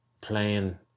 playing